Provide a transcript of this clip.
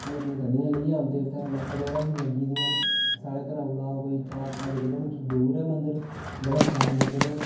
अपनी अपनी गड्डियां लेइयै औंदे उत्थै मेटाडोरां बी लग्गी दियां न साढ़े घरा कोला कोई चार पंज किलोमीटर दूर ऐ मंदर बड़ा शैल मंदर ओह्